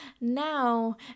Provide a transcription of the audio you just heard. Now